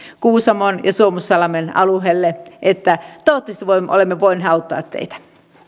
kuusamon ja suomussalmen alueelle että toivottavasti olemme voineet auttaa teitä